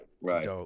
right